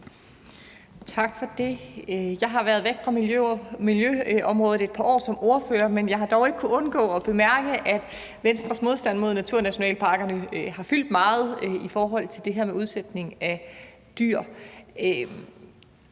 Tak for det. Jeg har været væk fra miljøområdet som ordfører et par år, men jeg har dog ikke kunnet undgå at bemærke, at Venstres modstand mod naturnationalparkerne har fyldt meget i forhold til det her med udsætning af dyr.